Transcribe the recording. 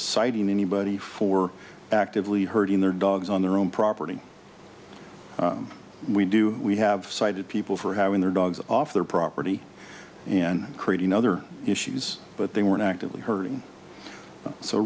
citing anybody for actively hurting their dogs on their own property we do we have cited people for having their dogs off their property and creating other issues but they were actively hurting so